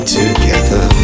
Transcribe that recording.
together